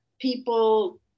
people